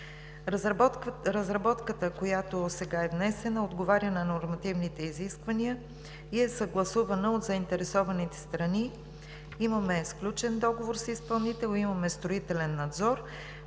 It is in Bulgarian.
Разработката, която сега е внесена, отговаря на нормативните изисквания и е съгласувана от заинтересованите страни. Имаме сключен договор с изпълнител, имаме строителен надзор.